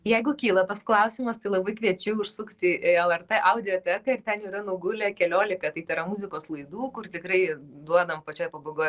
jeigu kyla tas klausimas tai labai kviečiu užsukti į lrt audioteką ir ten yra nugulę keliolika tai tera muzikos laidų kur tikrai duodam pačioj pabaigoj